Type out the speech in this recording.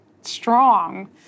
strong